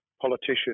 politician